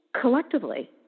Collectively